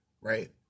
right